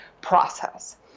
process